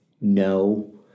no